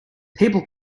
people